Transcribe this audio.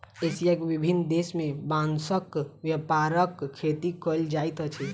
Asia के विभिन्न देश में बांसक व्यापक खेती कयल जाइत अछि